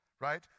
right